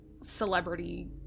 celebrity